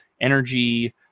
energy